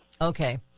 Okay